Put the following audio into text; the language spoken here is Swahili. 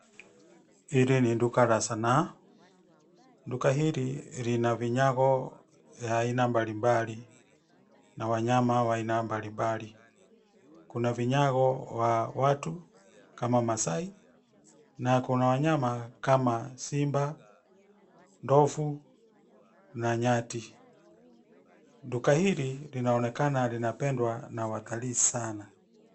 Hili ni duka la sanaa. Duka hili lina vinyago ya aina mbalimbali na wanyama wa aina mbalimbali. Kuna vinyago wa watu kama Masai na kuna wanyama kama simba, ndovu na nyati. Duka hili linaonekana linapendwa na watalii sana.